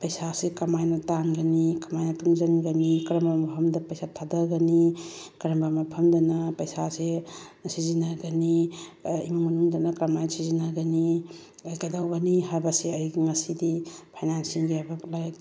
ꯄꯩꯁꯥꯁꯦ ꯀꯔꯝ ꯍꯥꯏꯅ ꯇꯥꯟꯒꯅꯤ ꯀꯃꯥꯏꯅ ꯇꯨꯡꯁꯤꯟꯒꯅꯤ ꯀꯔꯝꯕ ꯃꯐꯝꯗ ꯄꯩꯁꯥ ꯊꯥꯊꯒꯅꯤ ꯀꯔꯝꯕ ꯃꯐꯝꯗꯅ ꯄꯩꯁꯥꯁꯦ ꯁꯤꯖꯤꯟꯅꯒꯅꯤ ꯏꯃꯨꯡ ꯃꯅꯨꯡꯗꯅ ꯀꯔꯝ ꯍꯥꯏꯅ ꯁꯤꯖꯤꯟꯅꯒꯅꯤ ꯀꯩꯗꯧꯒꯅꯤ ꯍꯥꯏꯕꯁꯦ ꯑꯩ ꯉꯁꯤꯗꯤ ꯐꯥꯏꯅꯥꯟꯁꯤꯑꯦꯜꯒꯤ ꯍꯥꯏꯕ ꯂꯥꯏꯔꯤꯛ